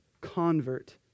convert